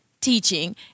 teaching